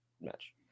match